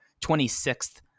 26th